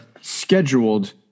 scheduled